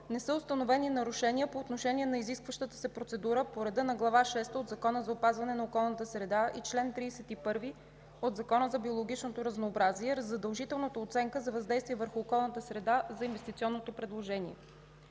не са установени нарушения по отношение на изискващата се процедура по реда на Глава шеста от Закона за опазване на околната среда и чл. 31 от Закона за биологичното разнообразие, задължителната оценка за въздействие върху околната среда за инвестиционното предложение